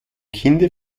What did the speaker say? kinde